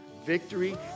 victory